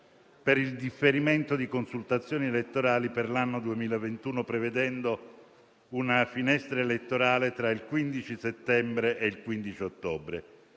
per il differimento di consultazioni elettorali per l'anno 2021, prevedendo una finestra elettorale tra il 15 settembre e il 15 ottobre.